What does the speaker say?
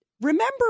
remember